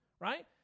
right